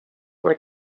were